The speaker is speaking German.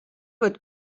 wird